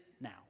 now